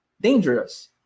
dangerous